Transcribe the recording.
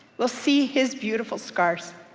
we'll see his beautiful scars,